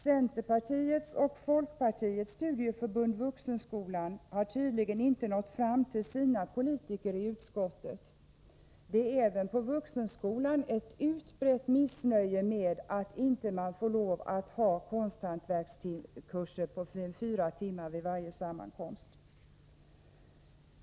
Centerpartiets och folkpartiets studieförbund Vuxenskolan har tydligen inte nått fram till sina politiker i utskottet. Det är även på Vuxenskolan ett utbrett missnöje med att man inte får ha fyra timmar vid varje sammankomst i konsthantverkscirklar.